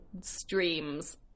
streams